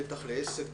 בטח לעסק.